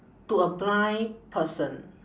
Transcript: to a blind person